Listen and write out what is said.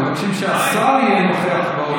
אם מבקשים שהשר יהיה נוכח באולם,